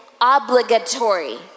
obligatory